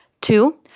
Two